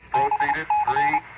i.